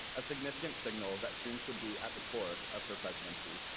a significant signal that students would be at the core of her presidency.